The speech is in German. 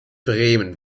bremen